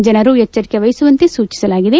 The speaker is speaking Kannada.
ಜನರು ಎಚ್ಚರಿಕೆ ವಹಿಸುವಂತೆ ಸೂಚಿಸಲಾಗಿದೆ